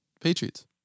Patriots